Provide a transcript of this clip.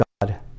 God